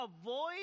avoid